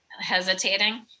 hesitating